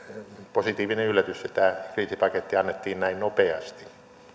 positiivinen yllätys että tämä kriisipaketti annettiin näin nopeasti